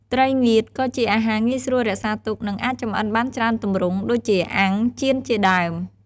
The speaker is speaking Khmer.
ត្រីងៀត ក៏ជាអាហារងាយស្រួលរក្សាទុក និងអាចចម្អិនបានច្រើនទម្រង់ ដូចជា អាំង ចៀនជាដើម។